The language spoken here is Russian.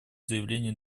заявление